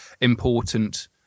important